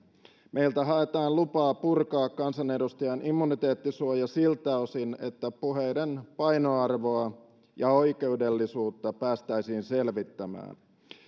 meiltä haetaan lupaa purkaa kansanedustajan immuniteettisuoja siltä osin että puheiden painoarvoa ja oikeudellisuutta päästäisiin selvittämään